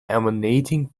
emanating